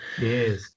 Yes